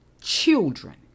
children